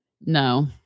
no